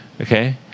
Okay